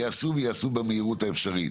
ייעשו וייעשו במהירות האפשרית.